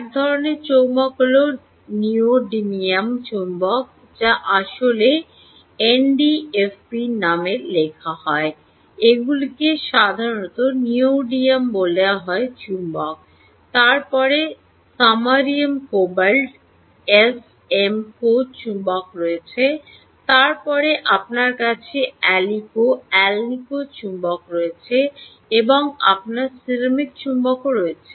এক ধরণের চৌম্বক হল নিউওডিয়ামিয়াম চুম্বক যা আসলে এনডি ফে বি নামে লেখা হয় এগুলিকে সাধারণত নিউওডিয়াম বলা হয় চুম্বক তারপরে সমারিয়াম কোবাল্ট এসএম কো চুম্বক রয়েছে তারপরে আপনার কাছে অ্যালিনিকো চুম্বক রয়েছে এবং আপনার সিরামিক চুম্বকও রয়েছে